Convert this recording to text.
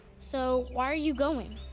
so why are you going?